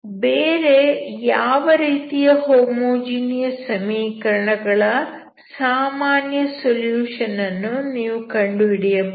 ಬೇರೆ ಯಾವ ರೀತಿಯ ಹೋಮೋಜಿನಿಯಸ್ ಸಮೀಕರಣ ಗಳ ಸಾಮಾನ್ಯ ಸೊಲ್ಯೂಷನ್ ಅನ್ನು ನೀವು ಕಂಡುಹಿಡಿಯಬಹುದು